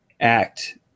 act